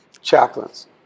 Chaplains